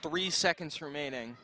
three seconds remaining